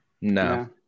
no